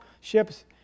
ships